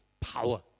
power